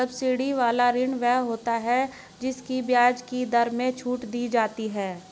subsidy वाला ऋण वो होता है जिसकी ब्याज की दर में छूट दी जाती है